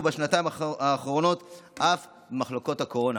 ובשנתיים האחרונות אף במחלקות הקורונה.